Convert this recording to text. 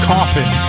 Coffin